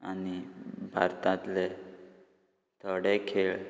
आनी भारतांतल्या थोडे खेळ